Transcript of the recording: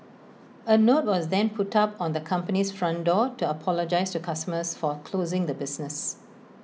A note was then put up on the company's front door to apologise to customers for closing the business